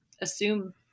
assume